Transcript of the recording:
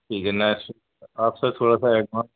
ٹھیک ہے نیکسٹ آپ سے تھوڑا سا ایڈوانس